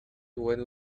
when